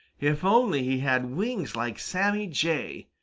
if only he had wings like sammy jay!